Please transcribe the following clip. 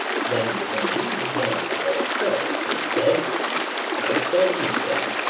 then when we begin our prayer for the dead i shall read him,